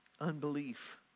Unbelief